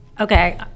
Okay